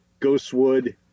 Ghostwood